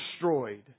destroyed